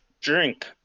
Drink